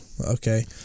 Okay